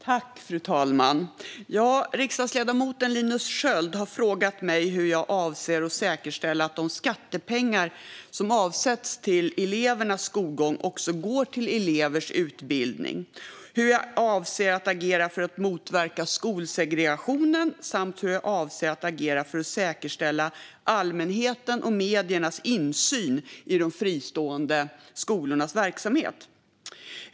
Fru talman! Riksdagsledamoten har frågat mig hur jag avser att säkerställa att de skattepengar som avsätts till elevernas skolgång också går till elevernas utbildning, hur jag avser att agera för att motverka skolsegregationen samt hur jag avser att agera för att säkerställa allmänhetens och mediernas insyn i de fristående skolornas verksamhet.